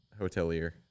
hotelier